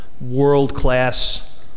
world-class